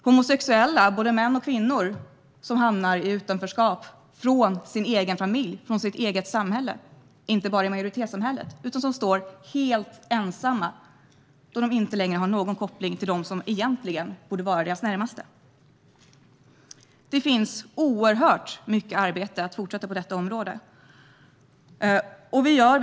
Homosexuella män och kvinnor hamnar i utanförskap gentemot sin egen familj och sitt eget samhälle, inte bara majoritetssamhället. De står helt ensamma då de inte längre har någon koppling till dem som egentligen borde vara deras närmaste. Det finns oerhört mycket arbete att fortsätta med på detta område.